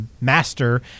master